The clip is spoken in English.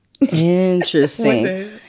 interesting